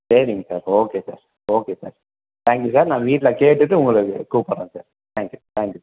சரிங்க sir okay sir okay sir thank you sir நான் வீட்டில் கேட்டுவிட்டு உங்களுக்கு கூப்புடுறேன் சார் தேங்கியூ தேங்க்யூ சார்